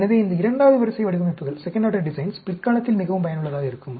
எனவே இந்த இரண்டாவது வரிசை வடிவமைப்புகள் பிற்காலத்தில் மிகவும் பயனுள்ளதாக இருக்கும்